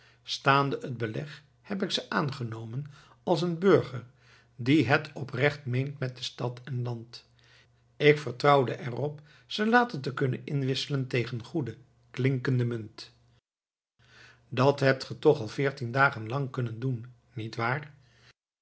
staande het beleg heb ik ze aangenomen als een burger die het oprecht meent met stad en land ik vertrouwde er op ze later te kunnen inwisselen tegen goede klinkende munt dat hebt ge toch al veertien dagen lang kunnen doen